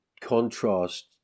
contrast